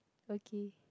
okay